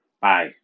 Bye